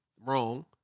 wrong